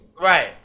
Right